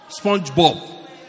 SpongeBob